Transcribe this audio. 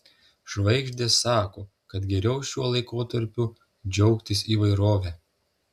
žvaigždės sako kad geriau šiuo laikotarpiu džiaugtis įvairove